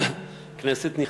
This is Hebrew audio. כנסת נכבדה,